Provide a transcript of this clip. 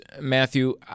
Matthew